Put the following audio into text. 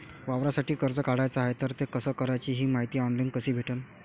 वावरासाठी कर्ज काढाचं हाय तर ते कस कराच ही मायती ऑनलाईन कसी भेटन?